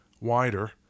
wider